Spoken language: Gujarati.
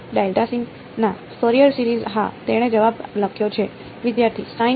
ના ફોરિયર સિરીઝ હા તેણે જવાબ લખ્યો છે